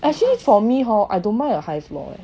actually for me hor I don't mind a high floor